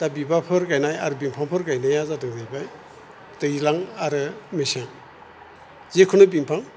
दा बिबारफोर गायनाय आरो बिफांफोर गायनाया जादों जाहैबाय दैज्लां आरो मेसें जेखुनु बिंफां